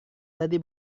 tadi